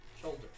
shoulder